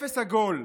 אפס עגול.